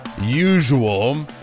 usual